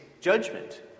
judgment